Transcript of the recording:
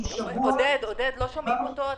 כמו שאנחנו עושים כל יום לגבי הנושא הזה.